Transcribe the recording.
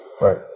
Right